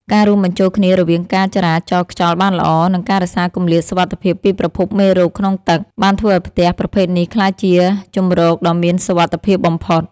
ការរួមបញ្ចូលគ្នារវាងការចរាចរខ្យល់បានល្អ និងការរក្សាគម្លាតសុវត្ថិភាពពីប្រភពមេរោគក្នុងទឹក បានធ្វើឱ្យផ្ទះប្រភេទនេះក្លាយជាជម្រកដ៏មានសុវត្ថិភាពបំផុត។